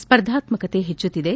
ಸ್ಪರ್ಧಾತ್ಮಕತೆ ಹೆಚ್ಚುತ್ತಿದೆ